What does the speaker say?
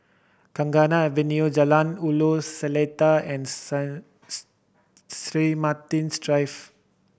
Avenue Jalan Ulu Seletar and Saints Three Martin's Drive